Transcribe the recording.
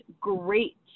great